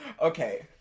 Okay